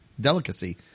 delicacy